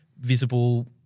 visible –